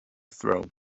throne